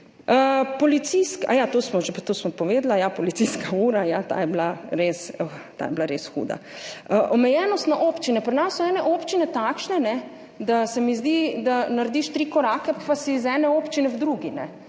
Policijska ura, ja, ta je bila res huda. Omejenost na občine. Pri nas so ene občine takšne, se mi zdi, da narediš tri korake pa si iz ene občine v drugi.